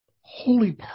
Holy